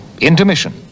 Intermission